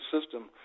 system